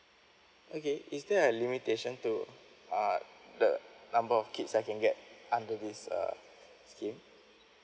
okay is there a limitation to uh the number of kids I can get under this uh scheme